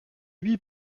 lui